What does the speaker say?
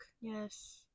Yes